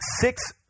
six